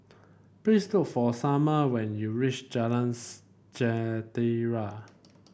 please look for Sommer when you reach Jalan Jentera